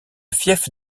fief